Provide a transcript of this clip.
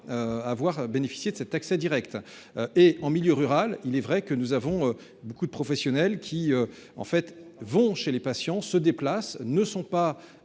Avoir bénéficié de cet accès Direct et en milieu rural. Il est vrai que nous avons beaucoup de professionnels qui en fait vont chez les patients se déplace ne sont pas